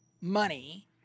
money